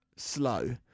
Slow